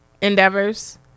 endeavors